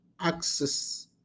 access